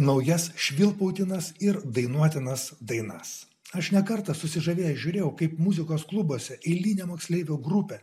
naujas švilpaudamas ir dainuodamas dainas aš ne kartą susižavėjęs žiūrėjau kaip muzikos klubuose eilinę moksleivių grupę